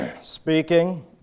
speaking